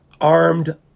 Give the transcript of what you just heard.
armed